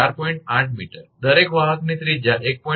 8 𝑚 દરેક વાહકની ત્રિજ્યા 1